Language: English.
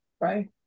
right